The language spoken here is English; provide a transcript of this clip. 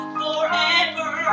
forever